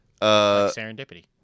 Serendipity